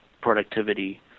productivity